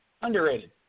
Underrated